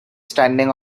standing